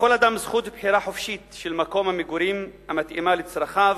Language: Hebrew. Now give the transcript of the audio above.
לכל אדם זכות בחירה חופשית של מקום המגורים המתאים לצרכיו